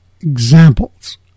examples